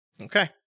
Okay